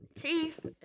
Keith